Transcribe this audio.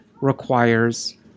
requires